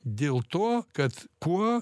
dėl to kad kuo